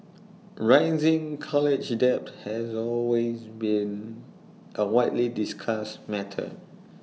rising college debt has always been A widely discussed matter